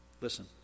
Listen